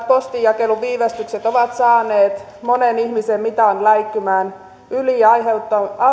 postinjakelun viivästykset ovat saaneet monen ihmisen mitan läikkymään yli ja aiheuttaneet